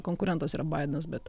konkurentas yra baidenas bet